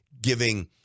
giving